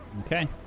Okay